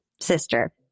sister